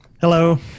Hello